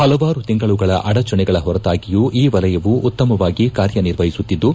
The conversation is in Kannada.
ಪಲವಾರು ತಿಂಗಳುಗಳ ಆಡಚಣೆಗಳ ಪೊರತಾಗಿಯೂ ಈ ವಲಯವು ಉತ್ತಮವಾಗಿ ಕಾರ್ಯನಿರ್ವಹಿಸುತ್ತಿದ್ದು